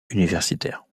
universitaire